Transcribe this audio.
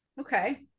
Okay